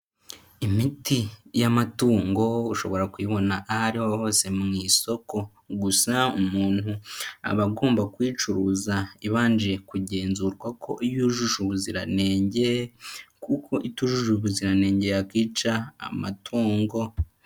Imiti y'amatungo ushobora kuyibona aho ari ho hose mu isoko, gusa umuntu aba agomba kuyicuruza ibanje kugenzurwa ko yujuje ubuziranenge, kuko itujuje ubuziranenge yakica amatungo.